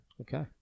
Okay